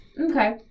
Okay